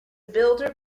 builder